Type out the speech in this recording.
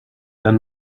then